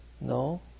no